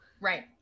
Right